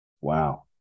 Wow